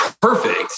perfect